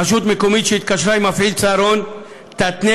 רשות מקומית שהתקשרה עם מפעיל צהרון תתנה